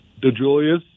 DeJulius